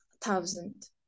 thousand